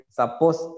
suppose